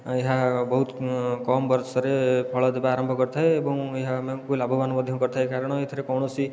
ଏହା ବହୁତ କମ ବର୍ଷରେ ଫଳ ଦେବା ଆରମ୍ଭ କରିଥାଏ ଏବଂ ଏହା ଆମକୁ ଲାଭବାନ ମଧ୍ୟ କରିଥାଏ କାରଣ ଏଥିରେ କୌଣସି